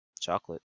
Chocolate